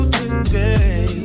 today